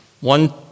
One